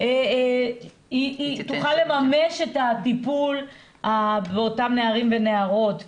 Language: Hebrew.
היא תוכל לממש את הטיפול באותם נערים ונערות,